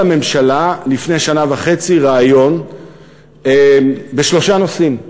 לממשלה לפני שנה וחצי רעיון בשלושה נושאים: